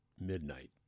midnight